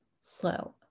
slow